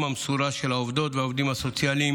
המסורה של העובדות והעובדים הסוציאליים